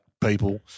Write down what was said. people